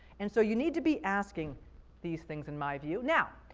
and so you need to be asking these things, in my view. now,